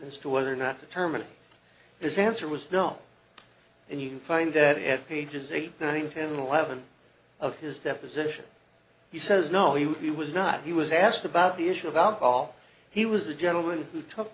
as to whether or not to terminate his answer was no and you can find that at pages eight nine ten eleven of his deposition he says no he was not he was asked about the issue of alcohol he was a gentleman who to